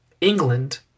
England